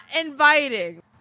inviting